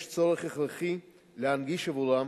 יש צורך הכרחי להנגיש עבורם